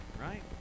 right